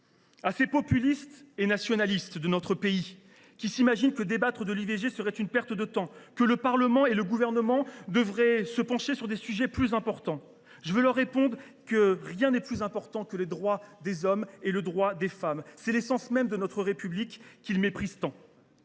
À ces populistes et nationalistes de notre pays, qui s’imaginent que débattre de l’IVG serait une perte de temps, que le Parlement et le Gouvernement devraient se pencher sur des sujets « plus importants », je veux répondre que rien n’est plus important que les droits des hommes et des femmes : c’est l’essence même de notre République, qu’ils méprisent tant.